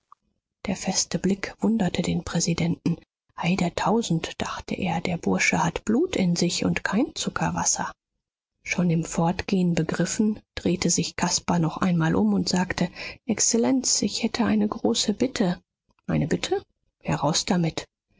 der feste blick wunderte den präsidenten ei der tausend dachte er der bursche hat blut in sich und kein zuckerwasser schon im fortgehen begriffen drehte sich caspar noch einmal um und sagte exzellenz ich hätte eine große bitte eine bitte heraus damit